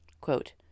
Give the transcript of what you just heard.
Quote